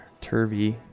Turvy